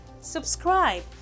Subscribe